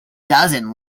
dozen